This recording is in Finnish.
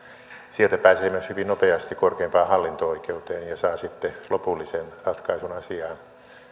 sieltä pääsee myös hyvin nopeasti korkeimpaan hallinto oikeuteen ja saa sitten lopullisen ratkaisun asiaan